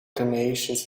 donations